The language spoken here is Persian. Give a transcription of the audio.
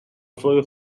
وفای